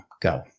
go